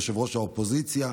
יושב-ראש האופוזיציה,